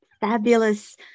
fabulous